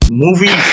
movie